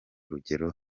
rugero